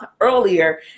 earlier